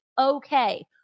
okay